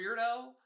weirdo